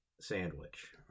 sandwich